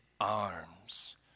arms